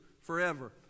forever